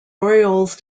orioles